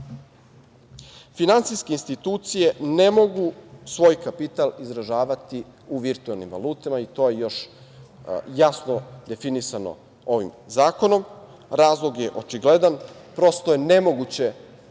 plaćanja. Finansijske institucije ne mogu svoj kapital izražavati u virtuelnim valutama, i to je jasno definisano ovim zakonom. Razlog je očigledan. Prosto je nemoguće